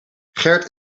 gerd